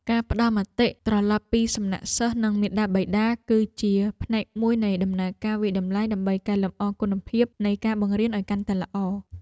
ការផ្តល់មតិត្រឡប់ពីសំណាក់សិស្សនិងមាតាបិតាគឺជាផ្នែកមួយនៃដំណើរការវាយតម្លៃដើម្បីកែលម្អគុណភាពនៃការបង្រៀនឱ្យកាន់តែល្អ។